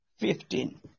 Fifteen